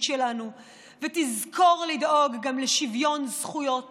שלנו ותזכור לדאוג גם לשוויון זכויות